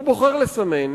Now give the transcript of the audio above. הוא בוחר לסמן,